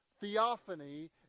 theophany